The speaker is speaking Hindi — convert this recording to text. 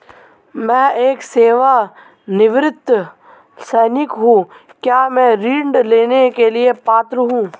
मैं एक सेवानिवृत्त सैनिक हूँ क्या मैं ऋण लेने के लिए पात्र हूँ?